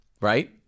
right